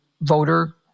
voter